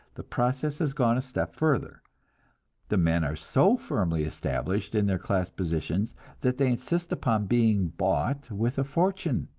the process has gone a step further the men are so firmly established in their class positions that they insist upon being bought with a fortune.